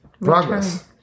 progress